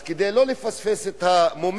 כדי לא לפספס את המומנטום,